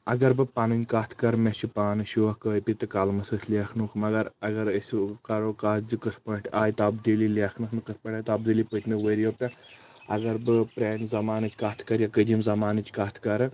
اگر بہٕ پنٕنۍ کتھ کرٕ مےٚ چھُ بانہٕ شوق کٲپی تہٕ قلمہٕ سۭتۍ لیکھنُک مگر اگر أسۍ کرو کتھ زِ کِتھ پٲٹھۍ آیہِ تبدیٖلی لیکھنس منٛز کِتھ پٲٹھۍ آیہِ تبدیٖلی پٔتۍمیٚو ؤرۍیو پٮ۪ٹھ اگر بہٕ پرانہِ مانٕچ کتھ کرٕ قٔدیٖم زمانٕچ کتھ کرٕ